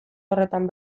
horretan